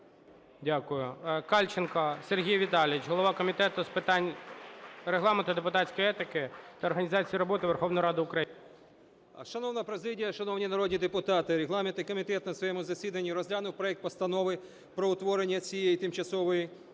Дякую. Кальченко Сергій Віталійович, голова Комітету з питань Регламенту, депутатської етики та організації роботи Верховної Ради України. 11:56:50 КАЛЬЧЕНКО С.В. Шановна президія, шановні народні депутати! Регламентний комітет на своєму засіданні розглянув проект Постанови про утворення цієї Тимчасової